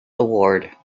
award